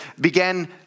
began